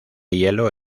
hielo